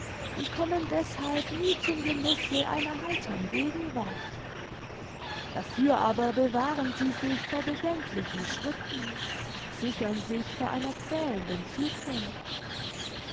und kommen deßhalb nie zum genusse einer heitern gegenwart dafür aber bewahren sie sich vor bedenklichen schritten sichern sich vor einer quälenden zukunft